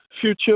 future